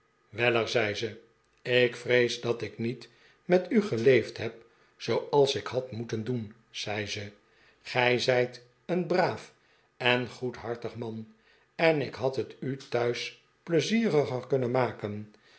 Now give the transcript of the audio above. weller zei ze ik vrees dat ik niet met u geleefd heb zooals ik had moeten doen zei ze gij zijt een braaf en goedhartig man en ik had het u thuis pleizieriger kunnen maken